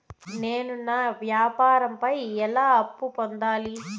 నేను నా వ్యాపారం పై ఎలా అప్పు పొందాలి?